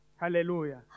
Hallelujah